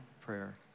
prayer